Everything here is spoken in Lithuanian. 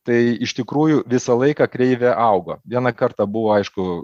tai iš tikrųjų visą laiką kreivė augo vieną kartą buvo aišku